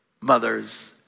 mothers